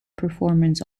performers